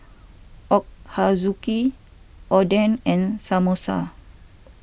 Ochazuke Oden and Samosa